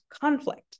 conflict